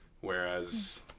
whereas